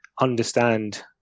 understand